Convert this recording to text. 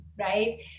right